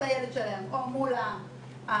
מול הילד שלהם או מול המטפלים,